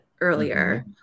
earlier